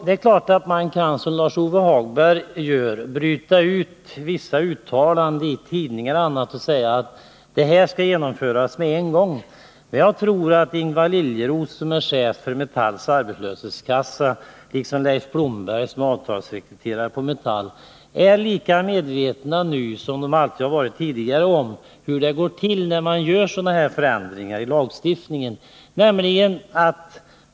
Det är klart att man, som Lars-Ove Hagberg gör, kan bryta ut vissa uttalanden i tidningar och annat och säga att det här skall genomföras med en gång. Men jag tror att Ingvar Liljeroos, som är chef för Metalls arbetslöshetskassa, och Leif Blomberg, som är avtalssekreterare hos Metall, är lika medvetna nu som de alltid varit om hur det går till när man vidtar sådana här förändringar i lagstiftningen.